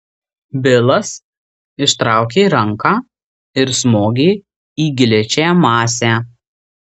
bilas ištraukė ranką ir smogė į gličią masę